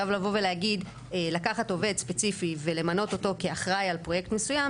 עכשיו לבוא ולהגיד לקחת עובד ספציפי ולמנות אותו אחראי על פרויקט מסוים,